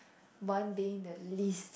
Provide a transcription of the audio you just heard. one being the least